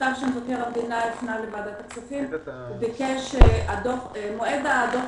במכתב שמבקר המדינה הפנה לוועדת הכספים הוא כתב שמועד דוח